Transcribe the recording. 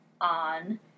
on